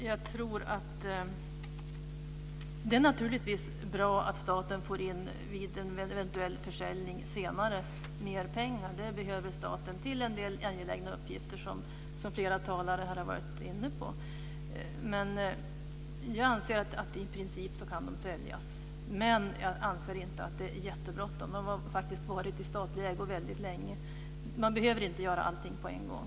Herr talman! Det är naturligtvis bra att staten vid en eventuell försäljning senare får in mer pengar. Det behöver staten till en del angelägna uppgifter, som flera talare här har varit inne på. Jag anser att Vin & Sprit i princip kan säljas, men jag anser inte att det är jättebråttom. Det har faktiskt varit i statlig ägo väldigt länge. Man behöver inte göra allting på en gång.